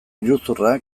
iruzurra